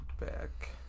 back